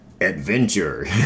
adventure